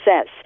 says